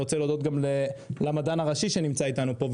אני רוצה להודות גם למדען הראשי שנמצא איתנו פה,